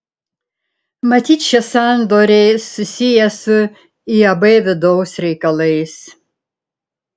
matyt šie sandoriai susiję su iab vidaus reikalais